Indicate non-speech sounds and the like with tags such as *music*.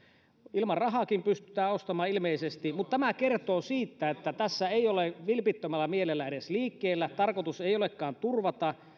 ilman rahaakin pystytään ostamaan ilmeisesti mutta tämä kertoo siitä että tässä ei olla vilpittömällä mielellä edes liikkeellä tarkoitus ei olekaan turvata *unintelligible*